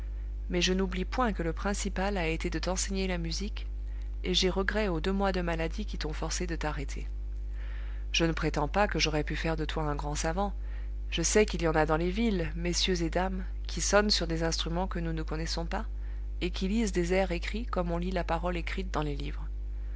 mais je n'oublie point que le principal a été de t'enseigner la musique et j'ai regret aux deux mois de maladie qui t'ont forcé de t'arrêter je ne prétends pas que j'aurais pu faire de toi un grand savant je sais qu'il y en a dans les villes messieurs et dames qui sonnent sur des instruments que nous ne connaissons pas et qui lisent des airs écrits comme on lit la parole écrite dans les livres